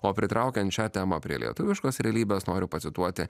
o pritraukiant šią temą prie lietuviškos realybės noriu pacituoti